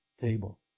table